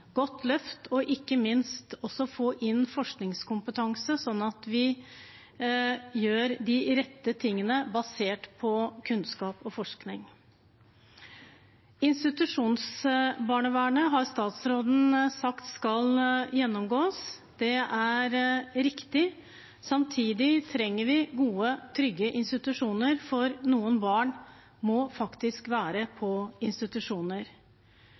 godt løft ikke minst å få inn forskningskompetanse, slik at vi gjør de rette tingene basert på kunnskap og forskning. Institusjonsbarnevernet har statsråden sagt skal gjennomgås. Det er riktig. Samtidig trenger vi gode, trygge institusjoner, for noen barn må faktisk være på institusjoner.